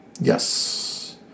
Yes